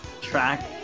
track